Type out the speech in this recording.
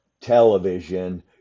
television